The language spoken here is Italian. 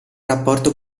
rapporto